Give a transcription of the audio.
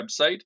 website